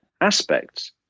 aspects